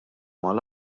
mal